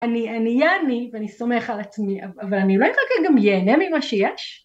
אני... אני אהיה אני, ואני סומך על עצמי, אבל אני לא רגע גם יהנה ממה שיש?